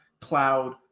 cloud